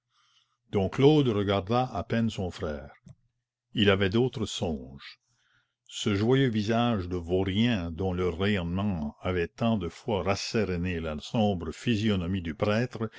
dom claude regarda à peine son frère il avait d'autres songes ce joyeux visage de vaurien dont le rayonnement avait tant de fois rasséréné la sombre physionomie du prêtre